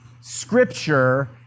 Scripture